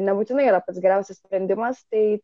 nebūtinai yra pats geriausias sprendimas tai